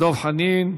דב חנין.